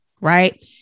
right